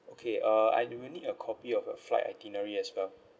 okay uh I will need a copy of your flight itinerary as well